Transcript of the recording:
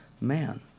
man